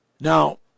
Now